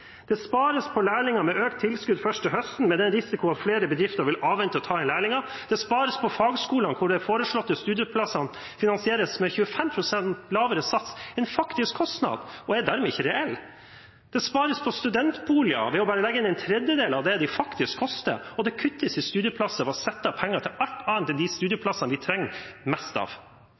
Det spares på lærlinger med økt tilskudd første høsten, med den risikoen at flere bedrifter vil avvente å ta inn lærlinger. Det spares på fagskolene, hvor de foreslåtte studieplassene finansieres med 25 pst. lavere sats enn faktisk kostnad og dermed ikke er reell. Det spares på studentboliger ved å legge inn bare en tredjedel av det de faktisk koster, og det kuttes i studieplasser ved å sette av penger til alt annet enn de studieplassene vi trenger mest av.